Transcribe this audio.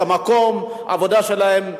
כמקום עבודה שלהם,